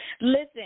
listen